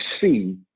see